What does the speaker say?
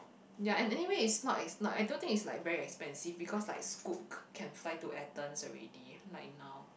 ya and anyway it's not ex I don't think it's like very expensive because like Scoot can fly to Athens already like now